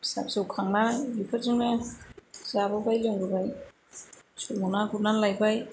फिसा फिसौ खांना बेफोरजोंनो जाबोबाय लोंबोबाय समाव ना गुरनानै लायबाय